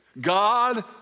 God